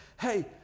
hey